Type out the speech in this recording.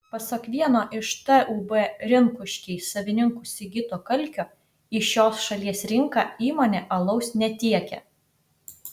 pasak vieno iš tūb rinkuškiai savininkų sigito kalkio į šios šalies rinką įmonė alaus netiekia